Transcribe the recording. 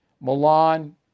Milan